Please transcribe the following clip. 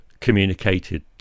communicated